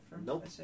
Nope